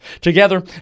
Together